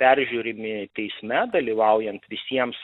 peržiūrimi teisme dalyvaujant visiems